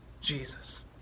Jesus